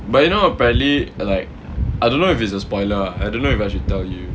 but you know apparently like I don't know if it's a spoiler I don't know if I should tell you